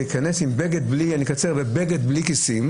לא יכנס בתפילין, אקצר, ויכנס עם בגד בלי כיסים.